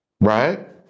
right